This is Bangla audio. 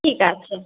ঠিক আছে